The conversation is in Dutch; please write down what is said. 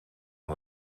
aan